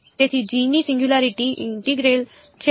તેથી g ની singularity integral છે